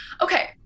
Okay